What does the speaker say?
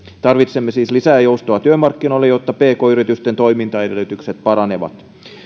tarvitsemme siis lisää joustoa työmarkkinoille jotta pk yritysten toimintaedellytykset paranevat